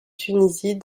tunisie